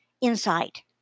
insight